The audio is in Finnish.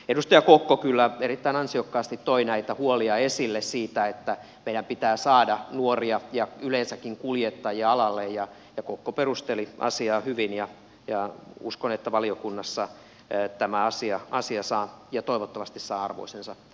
edustaja kokko kyllä erittäin ansiokkaasti toi näitä huolia esille siitä että meidän pitää saada nuoria ja yleensäkin kuljettajia alalle ja kokko perusteli asiaa hyvin ja uskon että valiokunnassa tämä asia saa ja toivottavasti saa arvoisensa käsittelyn